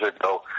ago